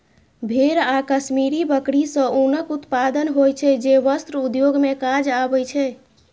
भेड़ आ कश्मीरी बकरी सं ऊनक उत्पादन होइ छै, जे वस्त्र उद्योग मे काज आबै छै